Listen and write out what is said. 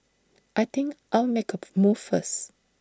I think I'll make A move first